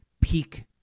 peak